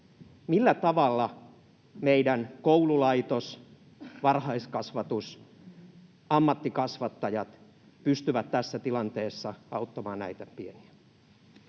Millä tavalla meidän koululaitos, varhaiskasvatus, ammattikasvattajat pystyvät tässä tilanteessa auttamaan näitä pieniä?